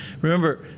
remember